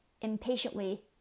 impatiently